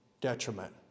detriment